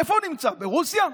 איפה הוא נמצא, ברוסיה?